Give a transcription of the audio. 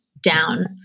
down